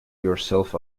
yourself